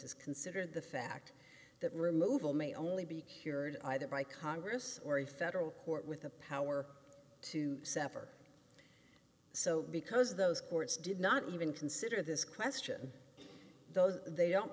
cases consider the fact that removal may only be cured either by congress or a federal court with the power to sever so because those courts did not even consider this question though they don't